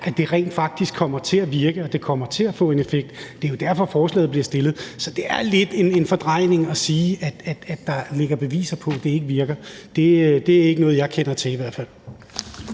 at det rent faktisk kommer til at virke, og at det kommer til at få en effekt. Det er derfor, forslaget er blevet fremsat. Så det er lidt en fordrejning at sige, at der ligger beviser på, at det ikke virker. Det er i hvert fald ikke noget, jeg kender til. Kl.